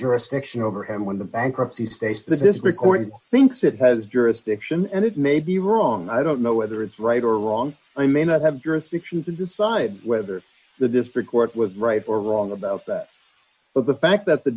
jurisdiction over him when the bankruptcy state's business records thinks it has jurisdiction and it may be wrong i don't know whether it's right or wrong i may not have jurisdiction to decide whether the district court was right or wrong about that but the fact that the